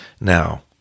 Now